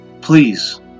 please